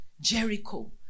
Jericho